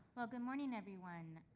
well good morning everyone.